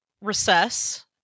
recess